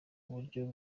buryo